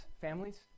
families